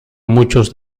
muchos